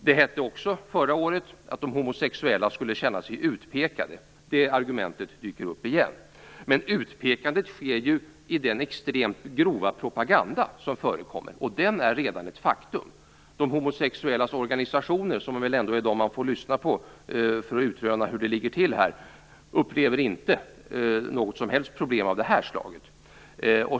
Det hette också förra året att de homosexuella skulle känna sig utpekade. Det argumentet dyker upp igen. Men utpekandet sker ju i den extremt grova propaganda som förekommer. Den är redan ett faktum. De homosexuellas organisationer, som ändå är de man får lyssna på för att utröna hur det ligger till, upplever inte något som helst problem av det här slaget.